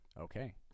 Okay